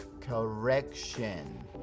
Correction